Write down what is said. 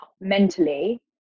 mentally